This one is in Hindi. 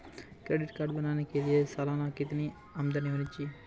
क्रेडिट कार्ड बनाने के लिए सालाना कितनी आमदनी होनी चाहिए?